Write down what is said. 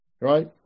right